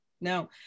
No